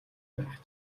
байх